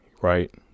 right